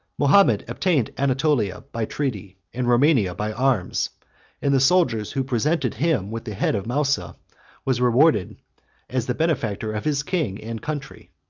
mahomet obtained anatolia by treaty, and romania by arms and the soldier who presented him with the head of mousa was rewarded as the benefactor of his king and country.